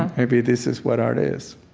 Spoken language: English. maybe this is what art is